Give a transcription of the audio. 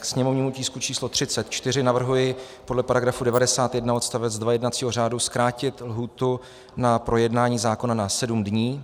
K sněmovnímu tisku číslo 34 navrhuji podle § 91 odst. 2 jednacího řádu zkrátit lhůtu na projednání zákona na sedm dní.